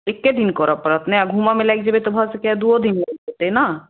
एके दिन करय परत ने घुमय मे लागि जेतै भऽ सकैया दूओ दिन लागि जेतै ने